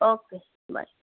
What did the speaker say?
okay bye